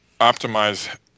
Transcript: optimize